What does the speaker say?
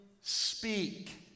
speak